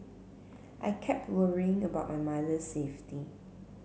I kept worrying about my mother's safety